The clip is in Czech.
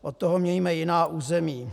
Od toho mějme jiná území.